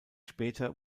später